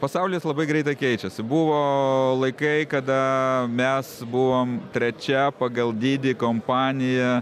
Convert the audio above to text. pasaulis labai greitai keičiasi buvo laikai kada mes buvom trečia pagal dydį kompanija